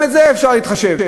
גם בזה אפשר להתחשב.